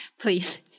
please